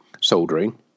soldering